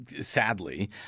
sadly